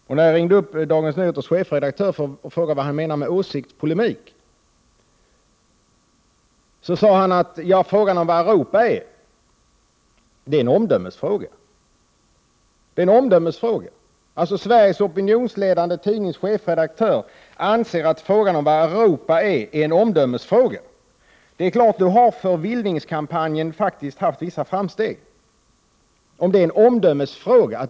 Och när jag ringde upp DN:s chefredaktör för att fråga honom vad han menade med åsiktspolemik, sade han att frågan vad Europa är är en omdömesfråga. Alltså: Sveries opinionsledande tidnings chefredaktör anser att frågan om vad Europa är är en omdömesfråga. Då har faktiskt förvirringskampanjen haft vissa framgångar.